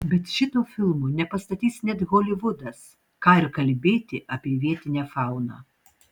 bet šito filmo nepastatys net holivudas ką ir kalbėti apie vietinę fauną